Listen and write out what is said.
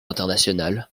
international